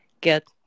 get